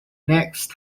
next